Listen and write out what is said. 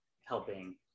helping